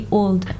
old